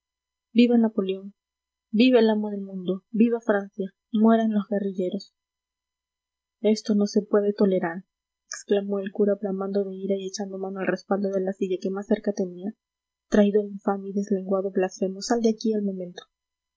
viva napoleón viva el amo del mundo viva francia mueran los guerrilleros esto no se puede tolerar exclamó el cura bramando de ira y echando mano al respaldo de la silla que más cerca tenía traidor infame y deslenguado blasfemo sal de aquí al momento